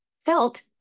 Felt